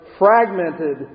fragmented